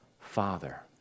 Father